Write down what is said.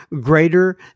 greater